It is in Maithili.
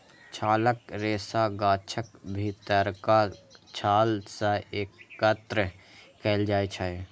छालक रेशा गाछक भीतरका छाल सं एकत्र कैल जाइ छै